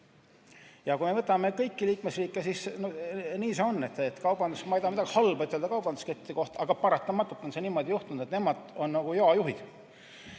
Kui me vaatame kõiki liikmesriike, siis nii see ongi. Ma ei taha midagi halba ütelda kaubanduskettide kohta, aga paratamatult on niimoodi juhtunud, et nemad on nagu joajuhid.